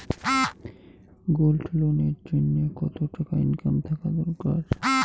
Gold loan এর জইন্যে কতো টাকা ইনকাম থাকা দরকার?